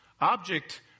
object